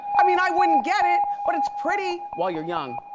i mean i wouldn't get it but it's pretty, while you're young.